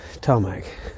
tarmac